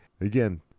Again